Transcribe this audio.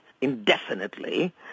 indefinitely